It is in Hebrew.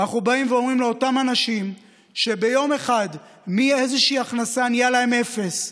אנחנו באים ואומרים לאותם אנשים שביום אחד מאיזו הכנסה נהיה להם אפס,